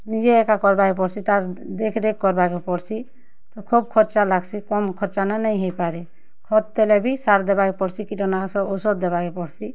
ନିଜେ ଏକା କର୍ବାକେ ପଡ଼୍ସି ତାର୍ ଦେଖ୍ରେଖ୍ କର୍ବାକେ ପଡ଼୍ସି ତ ଖୋବ୍ ଖର୍ଚ୍ଚା ଲାଗ୍ସି କମ୍ ଖର୍ଚ୍ଚାନେ ନେଇଁ ହେଇପାରେ ଖତ୍ ଦେଲେ ବି ସାର୍ ଦେବାକେ ପଡ଼୍ସି କୀଟନାଶକ୍ ଔଷଧ୍ ଦେବାକେ ପଡ଼୍ସି